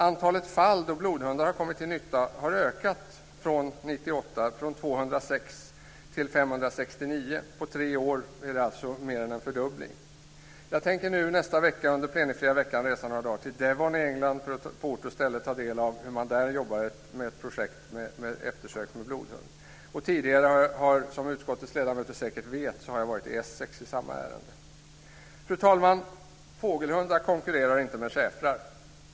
Antalet fall då blodhundar har kommit till nytta har ökat sedan 1998 från 206 till 569. På tre år är det alltså mer än en fördubbling. Jag tänker nu nästa vecka, under plenifria veckan, resa några dagar till Devon i England för att på ort och ställe ta del av hur man där jobbar med ett projekt med eftersökning med blodhund. Tidigare har jag, som utskottets ledamöter säkert vet, varit i Essex i samma ärende. Fru talman! Fågelhundar konkurrerar inte med schäfrar.